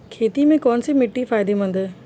खेती में कौनसी मिट्टी फायदेमंद है?